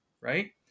Right